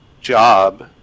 job